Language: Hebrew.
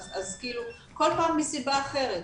כאילו כל פעם מסיבה אחרת,